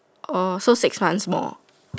orh so six months more